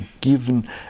given